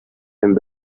and